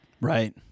Right